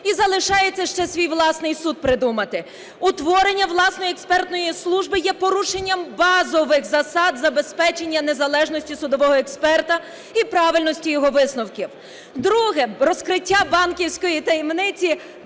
і залишається ще свій власний суд придумати. Утворення власної експертної служби є порушенням базових засад забезпечення незалежності судового експерта і правильності його висновків. Друге. Розкриття банківської таємниці